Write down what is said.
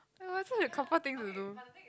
!aww! such a couple thing to do